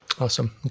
awesome